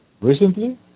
Recently